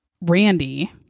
randy